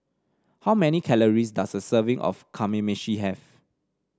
how many calories does a serving of Kamameshi have